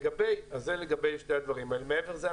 מעבר לזה,